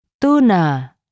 Tuna